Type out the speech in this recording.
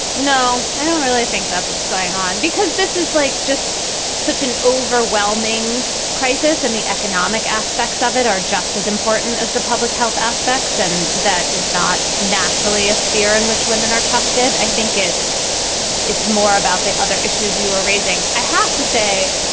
no, i don't really think that's what's going on, because this is like just such an overwhelming crisis. and the economic aspects of it are just as important as the public health aspects. and that is not naturally a sphere in which women are trusted. i think it it's more about the other issues you are raising. i have to say,